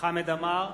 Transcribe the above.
חמד עמאר,